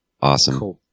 Awesome